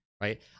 right